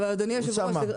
אדוני היושב ראש,